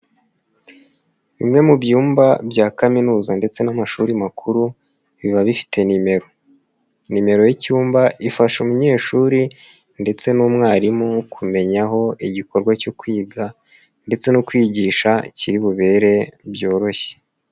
Bimwe mu byumba bya kaminuza ndetse n'amashuri makuru biba bifite nimero, nimero y'icyumba ifasha umunyeshuri ndetse n'umwarimu kumenya aho igikorwa cyo kwiga ndetse no kwigisha kiri bubere byoroshye.